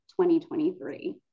2023